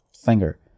finger